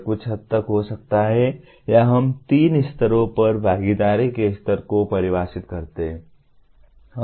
यह कुछ हद तक हो सकता है या हम तीन स्तरों पर भागीदारी के स्तर को परिभाषित करते हैं